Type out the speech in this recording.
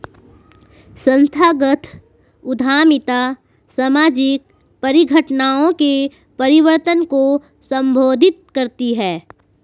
संस्थागत उद्यमिता सामाजिक परिघटनाओं के परिवर्तन को संबोधित करती है